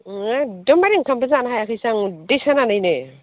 एकदमबारे ओंखामबो जानो हायाखैसो आं उदै सानानैनो